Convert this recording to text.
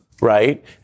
right